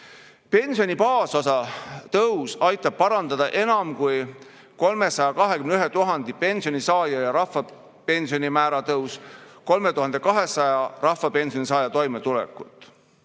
Pensioni baasosa tõus aitab parandada enam kui 321 000 pensionisaaja ja rahvapensioni määra tõus 3200 rahvapensionisaaja toimetulekut.